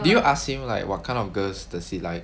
did you ask him like what kind of girls does he like